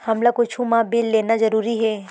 हमला कुछु मा बिल लेना जरूरी हे?